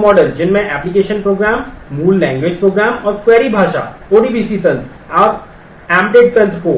दो मॉडल जिनमें application program मूल language program और क्वेरी भाषा ODBC तंत्र और एंबेडेड तंत्र को